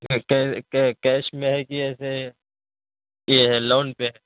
cash میں ہے کہ ایسے یہ ہے لون پہ ہے